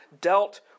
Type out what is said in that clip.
dealt